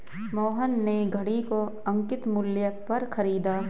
मोहन ने घड़ी को अंकित मूल्य पर खरीदा